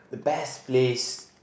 the best place